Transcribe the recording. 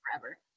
forever